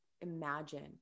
imagine